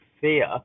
fear